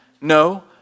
no